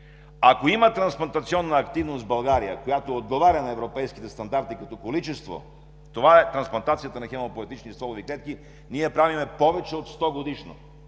ако има трансплантационна активност в България, която отговаря на европейските стандарти като количество, това е трансплантацията на хемопоетични стволови клетки, ние я правим повече от 100-годишна.